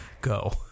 Go